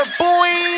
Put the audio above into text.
boy